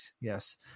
yes